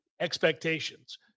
expectations